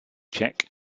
czech